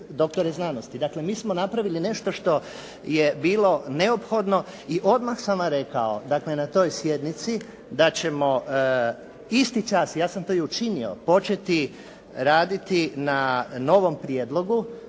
doktore znanosti. Dakle, mi smo napravili nešto što je bilo neophodno i odmah sam vam rekao, dakle na toj sjednici da ćemo isti čas, ja sam to i učinio početi raditi na novom prijedlogu